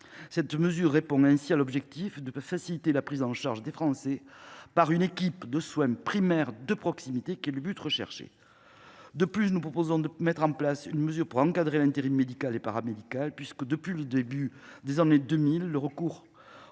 Cette mesure répondrait ainsi à l’objectif de faciliter la prise en charge des Français par une équipe de soins primaires de proximité. C’est le but qui est recherché. De plus, nous proposons de mettre en place une mesure pour encadrer l’intérim médical et paramédical. En effet, depuis le début des années 2000, le recours